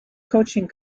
coaching